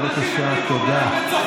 אל תסיט את הדיון.